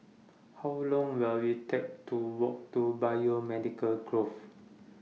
How Long Will IT Take to Walk to Biomedical Grove